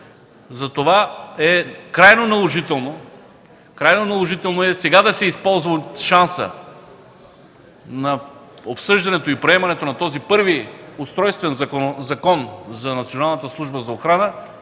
Затова е крайно наложително сега да се използва шансът – обсъждането и приемането на този първи устройствен Закон за